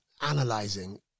analyzing